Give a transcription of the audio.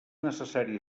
necessari